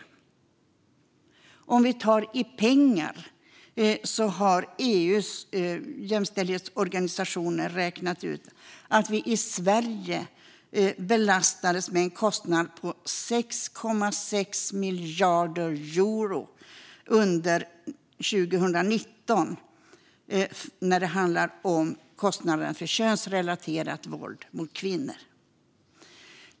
När det gäller vad det kostar i pengar har EU:s jämställdhetsorganisationer räknat ut att vi i Sverige belastades med en kostnad på 6,6 miljarder euro under 2019 för det könsrelaterade våldet mot kvinnor.